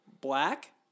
black